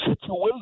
situation